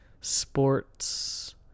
sports